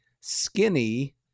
skinny